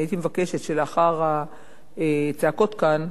הייתי מבקשת שלאחר הצעקות כאן,